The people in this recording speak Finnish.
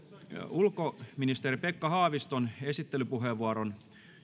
ulkoministeri pekka haaviston esittelypuheenvuoron